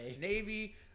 Navy